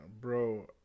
Bro